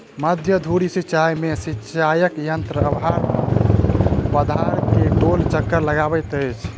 मध्य धुरी सिचाई में सिचाई यंत्र आधार प्राधार के गोल चक्कर लगबैत अछि